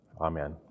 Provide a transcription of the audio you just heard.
amen